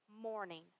morning